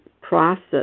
process